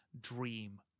dream